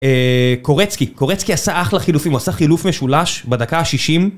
קורצקי, קורצקי עשה אחלה חילופים, הוא עשה חילוף משולש בדקה ה-60.